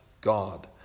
God